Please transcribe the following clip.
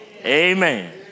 Amen